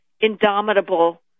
indomitable